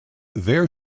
there